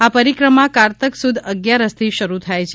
આ પરિક્રમા કારતક સુદ અગિયારશથી શરૂ થાય છે